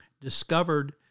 discovered